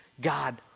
God